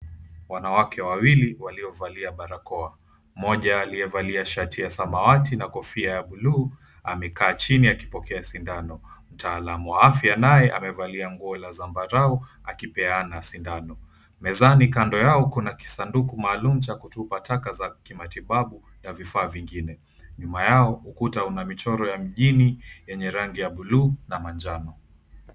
Wanawake wawili waliovalia barakoa. Mmoja aliyevalia shati ya samawati na kofia ya buluu amekaa chini akipokea sindano. Mtaalamu wa afya naye amevalia nguo la zambarau akipeana sindano. Mezani kando yao kuna kisanduku maalum cha kutupa taka za kimatibabu na vifaa vingine. Nyuma yao ukuta una michoro ya mjini yenye rangi ya buluu na manjano.